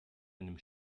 einem